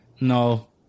no